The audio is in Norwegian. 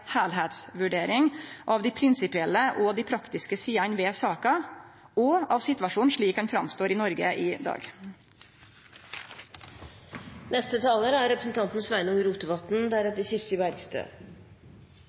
av dei prinsipielle og praktiske sidene ved saka, og av situasjonen slik han står fram i Noreg i